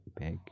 back